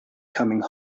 coming